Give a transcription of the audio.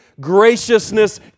graciousness